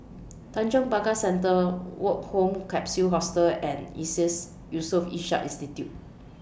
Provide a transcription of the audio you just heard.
Tanjong Pagar Centre Woke Home Capsule Hostel and ISEAS Yusof Ishak Institute